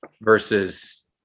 versus